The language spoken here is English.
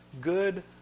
good